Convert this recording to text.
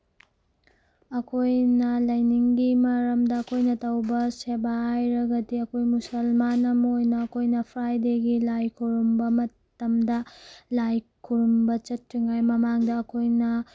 ꯑꯩꯈꯣꯏꯅ ꯂꯥꯏꯅꯤꯡꯒꯤ ꯃꯔꯝꯗ ꯑꯩꯈꯣꯏꯅ ꯇꯧꯕ ꯁꯦꯕꯥ ꯍꯥꯏꯔꯒꯗꯤ ꯑꯩꯈꯣꯏ ꯃꯨꯁꯜꯃꯥꯟ ꯑꯃ ꯑꯣꯏꯅ ꯑꯩꯈꯣꯏꯅ ꯐ꯭ꯔꯥꯏꯗꯦꯒꯤ ꯂꯥꯏ ꯈꯨꯔꯨꯝꯕ ꯃꯇꯝꯗ ꯂꯥꯏ ꯈꯨꯔꯨꯝꯕ ꯆꯠꯇ꯭ꯔꯤꯉꯩꯒꯤ ꯃꯃꯥꯡꯗ ꯑꯩꯈꯣꯏꯅ